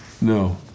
No